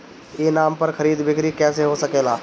ई नाम पर खरीद बिक्री कैसे हो सकेला?